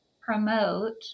promote